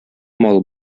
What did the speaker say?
мал